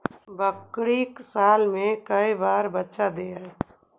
बकरी साल मे के बार बच्चा दे है?